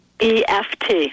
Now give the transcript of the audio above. EFT